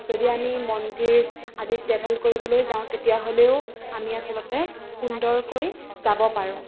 যদি আমি মন্দিৰ আদি ট্ৰেভেল কৰিবলৈও যাওঁ তেতিয়াহ'লেও আমি আচলতে সুন্দৰকৈ যাব পাৰোঁ